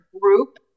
group